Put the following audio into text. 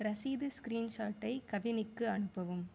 ரசீது ஸ்கிரீன்ஷாட்டை கவினிக்கு அனுப்பவும்